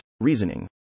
reasoning